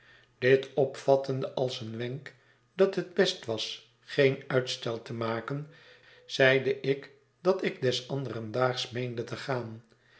dit opvattende als een wenk dat het best was geen uitstel te maken zeide ik dat ik des anderen daags meende te gaan